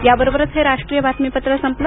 याबरोबरच हे राष्ट्रीय बातमीपत्र संपलं